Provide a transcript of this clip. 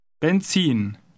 Benzin